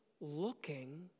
looking